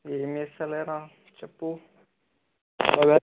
ఏమి చేస్తలేదు రా చెప్పు బ్రదర్